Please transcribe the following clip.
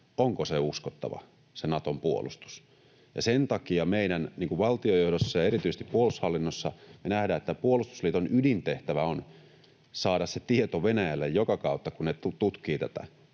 onko se Naton puolustus uskottava. Sen takia meidän valtionjohdossamme ja erityisesti puolustushallinnossa me nähdään, että puolustusliiton ydintehtävä on saada se tieto Venäjälle joka kautta, kun ne tutkivat tätä,